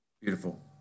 beautiful